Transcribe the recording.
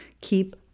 Keep